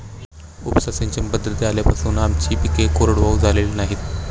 उपसा सिंचन पद्धती आल्यापासून आमची पिके कोरडवाहू झालेली नाहीत